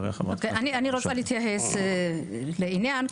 אני רוצה להתייחס לעניין.